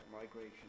Migration